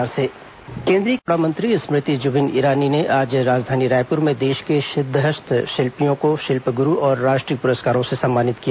हस्तशिल्प प्रस्कार केन्द्रीय कपड़ा मंत्री स्मृति जुबिन ईरानी ने आज राजधानी रायपुर में देश के सिद्दहस्त शिल्पियों को शिल्पगुरू और राष्ट्रीय पुरस्कारों से सम्मानित किया